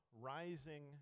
rising